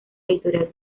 editorial